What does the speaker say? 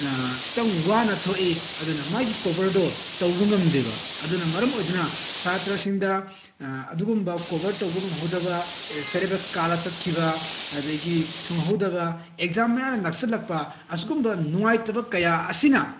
ꯈꯤꯇꯪ ꯋꯥꯅ ꯊꯣꯛꯏ ꯑꯗꯨꯅ ꯃꯥꯒꯤ ꯀꯣꯕꯔꯗꯣ ꯇꯧꯕ ꯉꯝꯗꯦꯕ ꯑꯗꯨꯅ ꯃꯔꯝ ꯑꯣꯏꯗꯨꯅ ꯁꯥꯇ꯭ꯔꯥꯁꯤꯡꯗ ꯑꯗꯨꯒꯨꯝꯕ ꯀꯣꯕꯔ ꯇꯧꯕ ꯉꯝꯍꯧꯗꯕ ꯁꯦꯂꯦꯕꯁ ꯀꯥꯜꯂꯒ ꯆꯠꯈꯤꯕ ꯑꯗꯨꯗꯒꯤ ꯊꯨꯡꯍꯧꯗꯕ ꯑꯦꯛꯖꯥꯝ ꯃꯌꯥꯅ ꯅꯛꯁꯤꯜꯂꯛꯄ ꯑꯁꯤꯒꯨꯝꯕ ꯅꯨꯡꯉꯥꯏꯇꯕ ꯀꯌꯥ ꯑꯁꯤꯅ